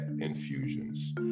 infusions